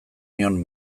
nion